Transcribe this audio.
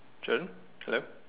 June hello